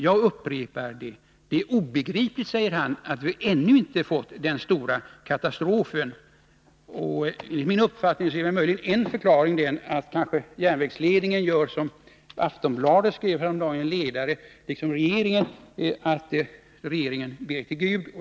Jag upprepar, det är obegripligt att vi ännu inte fått Den Stora Katastrofen.” Enligt min uppfattning är en möjlig förklaring, att järnvägsledningen kanske gör som regeringen — som Aftonbladet skrev häromdagen i en ledare att regeringen gör — nämligen ber till Gud.